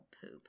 poop